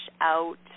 out